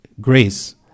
grace